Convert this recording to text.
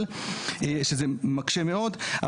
שזה מקשה מאוד.